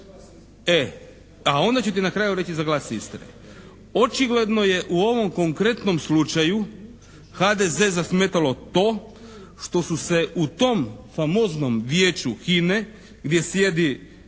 E pa onda ćete na kraju reći za glas istine. Očigledno je u ovom konkretnom slučaju HDZ zasmetalo to što su se u tom famoznom vijeću HINA-e gdje sjedi gospodin